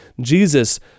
Jesus